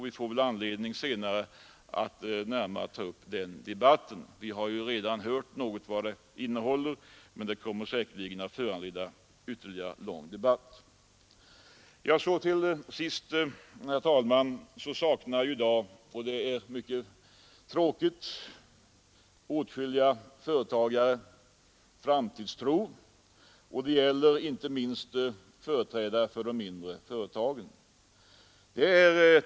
Vi får säkert anledning att senare debattera den frågan. Vi har redan hört något om vad utredningen kommer att redovisa, och betänkandet kommer nog att föranleda ytterligare lång debatt. Till sist, herr talman, är det tyvärr så i dag att åtskilliga företagare saknar framtidstro. Det gäller inte minst företrädare för de mindre företagen.